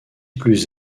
plus